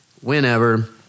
whenever